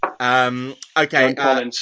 Okay